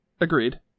Agreed